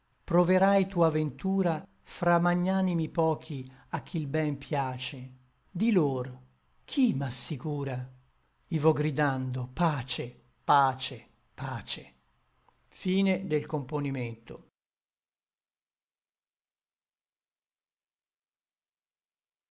proverai tua ventura fra magnanimi pochi a chi l ben piace di lor chi m'assicura i vo gridando pace pace pace di